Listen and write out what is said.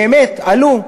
באמת, עלו.